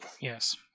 Yes